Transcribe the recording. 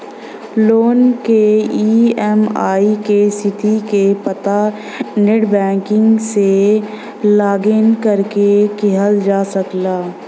loan क EMI क स्थिति क पता नेटबैंकिंग से लॉगिन करके किहल जा सकला